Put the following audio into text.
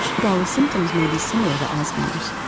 while the symptoms may be similar to alzheimer's,